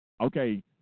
Okay